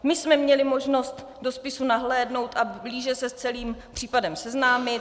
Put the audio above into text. My jsme měli možnost do spisu nahlédnout a blíže se s celým případem seznámit.